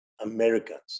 Americans